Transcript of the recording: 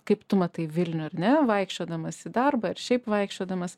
kaip tu matai vilniuje ar ne vaikščiodamas į darbą ir šiaip vaikščiodamas